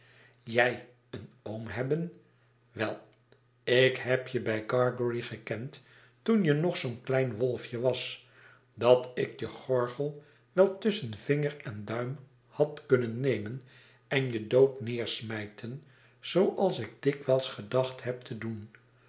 jij een oom hebben wel ik hebjebijgargery gekend toen je nog zoo'n klein wolfje was dat ik je gorgel wel tusschen vinger en duim had kunnen nemen en je dood neersmyten zooals ik dikwijls gedacht heb te doen